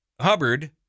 Hubbard